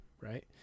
right